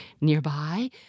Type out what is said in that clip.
nearby